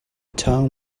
term